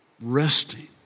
resting